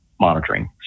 monitoring